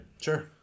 Sure